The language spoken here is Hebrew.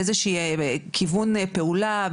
באיזושהי כיוון פעולה,